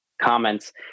comments